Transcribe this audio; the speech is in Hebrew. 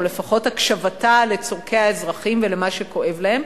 או לפחות הקשבתה לצורכי האזרחים ולמה שכואב להם.